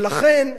ולכן,